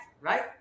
right